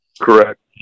Correct